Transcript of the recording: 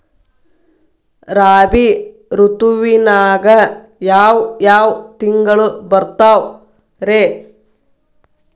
ರಾಬಿ ಋತುವಿನಾಗ ಯಾವ್ ಯಾವ್ ತಿಂಗಳು ಬರ್ತಾವ್ ರೇ?